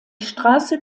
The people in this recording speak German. straße